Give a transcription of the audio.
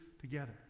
together